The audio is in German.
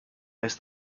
ist